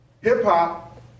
Hip-hop